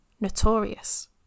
notorious